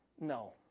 no